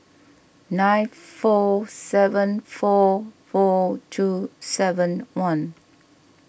nine four seven four four two seven one